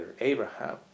Abraham